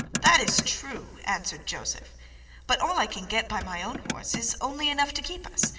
that is true, answered joseph but all i can get by my own horse is only enough to keep us,